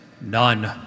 None